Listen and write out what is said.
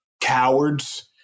Cowards